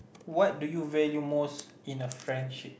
what do you value most in a friendship